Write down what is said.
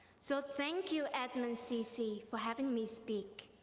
so thank you edmonds cc for having me speak.